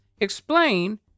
explain